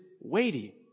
weighty